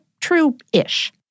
true-ish